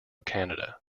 canada